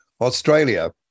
Australia